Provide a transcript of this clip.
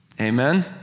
Amen